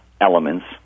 elements